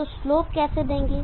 तो स्लोप कैसे देंगे